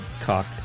cock